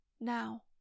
Now